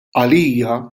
għalija